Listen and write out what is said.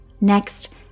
Next